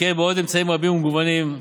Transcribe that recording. ועוד אמצעים רבים ומגוונים.